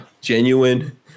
Genuine